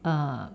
uh